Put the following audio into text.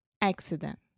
Accident